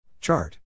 Chart